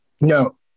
No